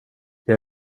jag